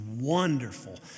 wonderful